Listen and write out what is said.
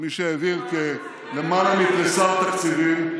כמי שהעביר למעלה מתריסר תקציבים,